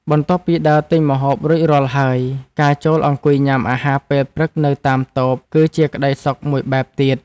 បន្ទាប់ពីដើរទិញម្ហូបរួចរាល់ហើយការចូលអង្គុយញ៉ាំអាហារពេលព្រឹកនៅតាមតូប គឺជាក្ដីសុខមួយបែបទៀត។